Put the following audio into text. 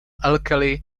alkali